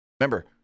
Remember